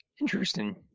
Interesting